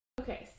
Okay